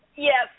Yes